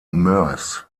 moers